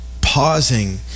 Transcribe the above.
pausing